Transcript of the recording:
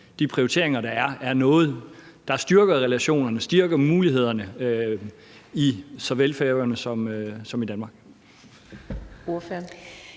de prioriteringer, der er, er noget, der styrker relationen og styrker mulighederne såvel på Færøerne som i Danmark.